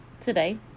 today